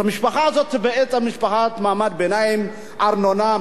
אז המשפחה הזאת בעצם היא משפחת מעמד ביניים: ארנונה,